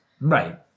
Right